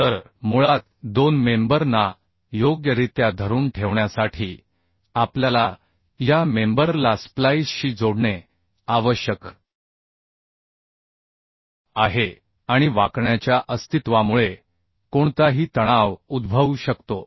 तर मुळात दोन मेंबर ना योग्यरित्या धरून ठेवण्यासाठी आपल्याला या मेंबर ला स्प्लाईसशी जोडणे आवश्यक आहे आणि बेन्डींगच्या अस्तित्वामुळे कोणताही तणाव उद्भवू शकतो